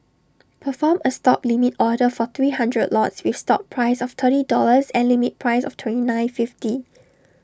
perform A stop limit order for three hundred lots with stop price of thirty dollars and limit price of twenty nine fifty